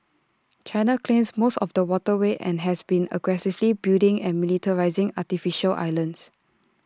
China claims most of the waterway and has been aggressively building and militarising artificial islands